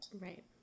Right